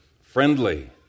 friendly